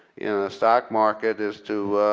stock market is to